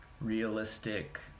realistic